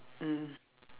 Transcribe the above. mm